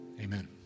Amen